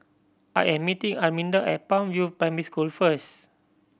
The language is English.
I am meeting Arminda at Palm View Primary School first